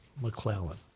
McClellan